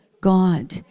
God